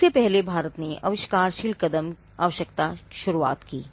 इससे पहले भारत ने आविष्कारशील कदम आवश्यकता की शुरुआत की थी